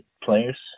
players